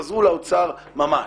חזרו לאוצר ממש.